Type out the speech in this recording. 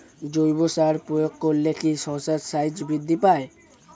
জৈব সার প্রয়োগ করলে কি শশার সাইজ বৃদ্ধি পায়?